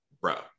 bro